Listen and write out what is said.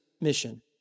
mission